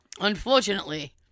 unfortunately